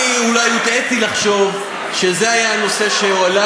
אני אולי הוטעיתי לחשוב שזה היה הנושא שהועלה,